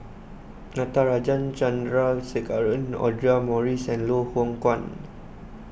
Natarajan Chandrasekaran Audra Morrice and Loh Hoong Kwan